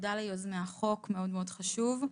ותודה ליוזמי החוק המאוד חשוב.